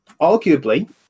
arguably